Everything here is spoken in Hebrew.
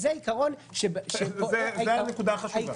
זו נקודה חשובה.